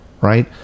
Right